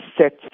set